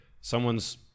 someone's